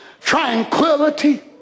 tranquility